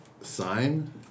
sign